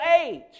age